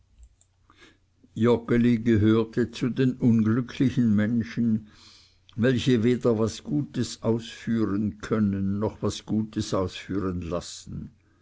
joggeli gehörte zu den unglücklichen menschen welche weder was gutes ausführen können noch was gutes ausführen lassen